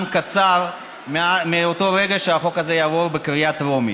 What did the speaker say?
קצר מאותו רגע שהחוק הזה יעבור בקריאה טרומית.